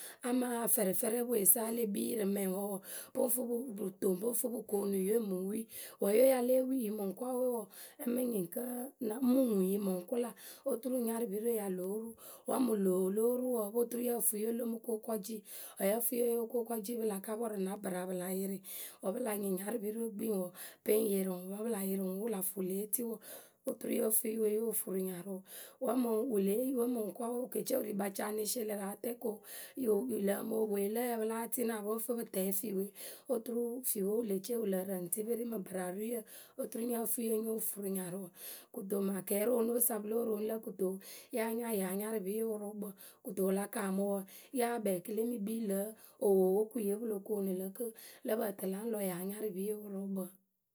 amaa fɛrɛfɛrɛweyǝ sa wǝ́ le kpii yǝ rǝ mɛŋwǝ wǝǝ pǝ ŋ fɨ yǝ pǝ toŋ pǝ ŋ fɨ pǝ koonu ǝwe mǝ ŋ wii. Wǝ́ yǝwe ya lée wii yǝ mǝŋkɔɔwe wɔɔ, a mɨ nyɩŋ kǝ́ ŋ mɨ ŋuŋ yǝ mɨ ŋ kʊla oturu nyarɨpirǝwe ya lóo ru Wǝ́ mǝŋ loo lo ru wǝǝ o po turu yǝ fɨ yǝwe lo mɨ ko kɔji. Wǝ́ yǝ fɨ ye yo ko kɔji wǝ́ pǝ la ka pɔrʊ na ŋpǝraa pǝ la yɩrɩ wǝ́ pɨ la nyɩŋ narɨpirǝ we gbii ŋwǝ wɔɔ, pǝ ŋ yɩrɩ ŋwǝ. Wǝ́ pǝ la yɩrɩ ŋwǝ wǝ́ wǝ la fʊ wǝ le yee tɩ wǝǝ oturu yǝ fɨ yǝwe yo furu nyarʊ wǝ́ mǝŋ wǝ le yee yǝwe mǝŋkɔɔwe wǝ ke ce wǝ ri kpaca ŋ ne sie lǝ̈ rǝ atɛɛkǝ o, wǝ lǝ mǝ ewe lǝ ǝyǝ pǝ láa tɩna pǝ ŋ fɨ pɨ tɛɛ fewe oturu fewe wǝ le ce wǝ lǝ rǝŋ tɩpɩrɩ mǝ ŋpǝraaruyǝ oturu nyǝ fɨ yǝwe nyo furu nyarʊ. Kɨto mǝŋ akɛɛroonupǝ sa pǝ lóo roonu lǝ kɨto wǝ́ yáa nya ŋyǝ anyarɨpiye wǝrʊʊkpǝ. Kɨto wǝ la kaamǝ wɔ yah kpɛɛ kɨ le mɨ kpii lǝ̌ owowokuye pǝ lo koonu kɨ lǝ pǝǝ tɨ la ŋ lɔ ŋyǝ anyaɨpiye wǝrʊʊkpǝ.